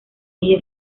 ella